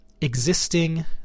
existing